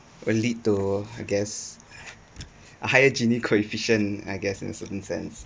will lead to I guess a higher gini coefficient I guess in a certain sense